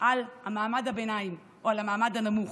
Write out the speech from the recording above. על מעמד הביניים או על המעמד הנמוך.